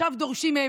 עכשיו דורשים מהם,